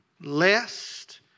Lest